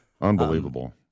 unbelievable